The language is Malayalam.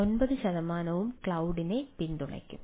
9 ശതമാനവും ക്ലൌഡിനെ പിന്തുണയ്ക്കും